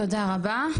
תודה רבה.